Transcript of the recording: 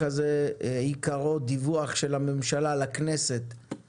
נציג אותם בקצרה: עילם שגיא המשנה למנכ"ל